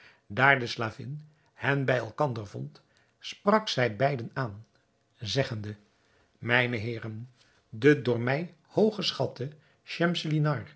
daar de slavin hen bij elkander vond sprak zij beiden aan zeggende mijne heeren de door mij hooggeschatte schemselnihar